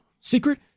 Secret